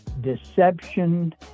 deception